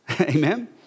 Amen